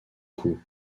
coup